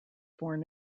born